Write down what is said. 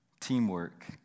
Teamwork